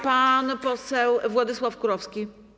Pan poseł Władysław Kurowski.